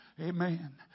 Amen